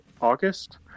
August